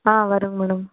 ஆ வருங்க மேடம்